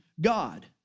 God